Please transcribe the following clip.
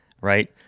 Right